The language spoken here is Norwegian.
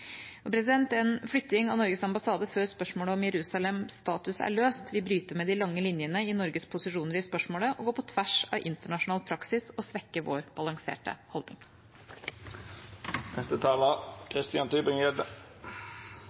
En flytting av Norges ambassade før spørsmålet om Jerusalems status er løst, vil bryte med de lange linjene i Norges posisjoner i spørsmålet, gå på tvers av internasjonal praksis og svekke vår balanserte